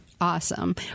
Awesome